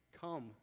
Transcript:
come